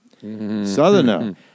southerner